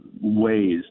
ways